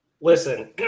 Listen